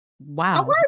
wow